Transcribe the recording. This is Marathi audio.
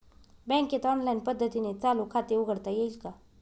बँकेत ऑनलाईन पद्धतीने चालू खाते उघडता येईल का?